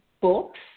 books